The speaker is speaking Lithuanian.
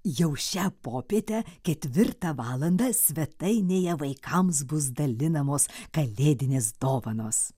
jau šią popietę ketvirtą valandą svetainėje vaikams bus dalinamos kalėdinės dovanos